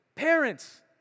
Parents